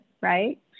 right